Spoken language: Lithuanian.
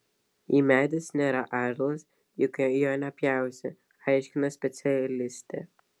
jei medis nėra ąžuolas juk jo nepjausi aiškino specialistė